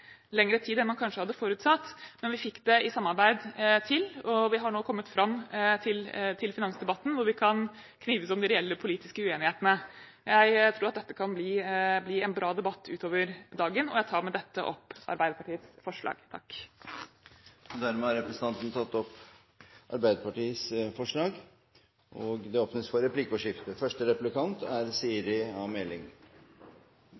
lengre tid enn man kanskje hadde forutsatt, men vi fikk det i samarbeid til, og vi har nå kommet fram til finansdebatten, hvor vi kan knives om de reelle politiske uenighetene. Jeg tror at dette kan bli en bra debatt utover dagen. Jeg tar med dette opp Arbeiderpartiets forslag. Representanten Marianne Marthinsen har tatt opp de forslagene hun viste til. Det blir replikkordskifte.